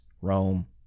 Rome